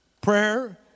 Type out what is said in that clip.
prayer